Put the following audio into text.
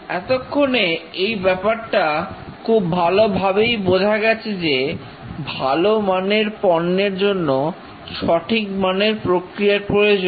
এতক্ষণে এই ব্যাপারটা খুব ভালোভাবেই বোঝা গেছে যে ভালো মানের পণ্যের জন্য সঠিক মানের প্রক্রিয়ার প্রয়োজন